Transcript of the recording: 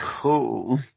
cool